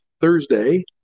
Thursday